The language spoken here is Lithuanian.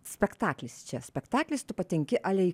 spektaklis čia spektaklis tu patenki ale į